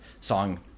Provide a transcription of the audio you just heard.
song